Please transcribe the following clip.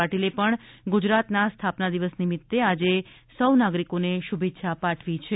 પાટીલે પણ ગુજરાતના સ્થાપના દિવસ નિમિત્તે આજે સૌ નાગરિકોને શુભેચ્છા પાઠવી છે